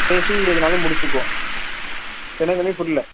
பேசி எதுனாலும் முடிச்சுக்குவோம் என்ன தம்பி புரியல